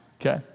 Okay